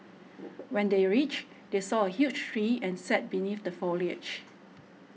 when they reached they saw a huge tree and sat beneath the foliage